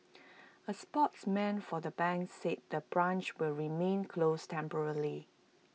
A spokesman for the bank said the branch will remain closed temporarily